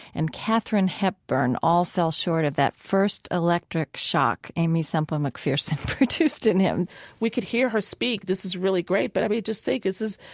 and katharine hepburn all fell short of that first electric shock aimee semple mcpherson produced in him we could hear her speak. this is really great. but i mean, just think, this is,